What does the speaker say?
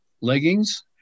leggings